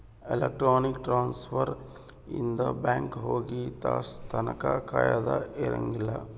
electronic transfer ಇಂದ bank ಹೋಗಿ ತಾಸ್ ತನ ಕಾಯದ ಇರಂಗಿಲ್ಲ